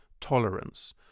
tolerance